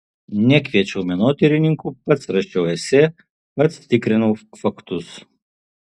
nekviečiau menotyrininkų pats rašiau esė pats tikrinau faktus